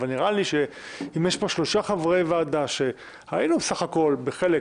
אבל נראה לי שאם יש פה שלושה חברי ועדה והיינו בסך הכול בחלק